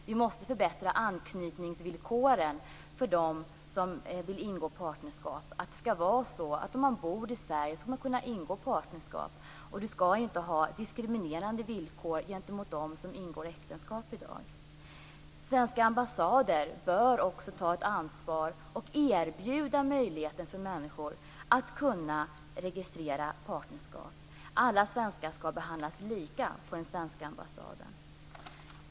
Vi måste förbättra anknytningsvillkoren för dem som vill ingå partnerskap. Om man bor i Sverige skall man kunna ingå partnerskap. De som gör det skall inte diskrimineras i förhållande till dem som ingår äktenskap i dag. Svenska ambassader bör också ta ett ansvar och erbjuda människor möjligheten att registrera partnerskap. Alla svenskar skall behandlas lika på den svenska ambassaden.